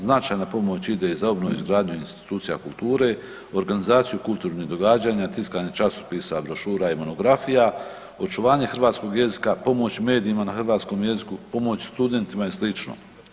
Značajna pomoć ide za obnovu i izgradnju institucija kulture, organizaciju kulturnih događanja, tiskanje časopisa, brošura i monografija, očuvanje hrvatskog jezika, pomoć medijima na hrvatskom jeziku, pomoć studentima i slično.